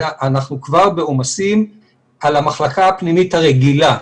אנחנו כבר בעומסים על המחלקה הפנימית הרגילה.